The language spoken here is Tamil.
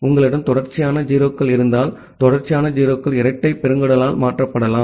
உங்களிடம் தொடர்ச்சியான 0 கள் இருந்தால் தொடர்ச்சியான 0 கள் இரட்டை பெருங்குடலால் மாற்றப்படலாம்